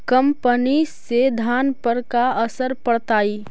कम पनी से धान पर का असर पड़तायी?